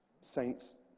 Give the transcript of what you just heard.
Saints